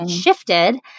shifted